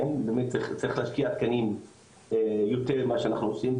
באמת צריך להשקיע בתקנים יותר ממה שאנחנו עושים,